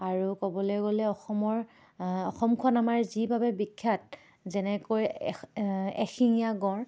আৰু ক'বলৈ গ'লে অসমৰ অসমখন আমাৰ যি বাবে বিখ্যাত যেনেকৈ এশ্ এশিঙীয়া গঁড়